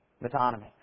Metonymy